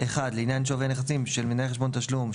(1)לעניין שווי הנכסים של מנהל חשבון תשלום,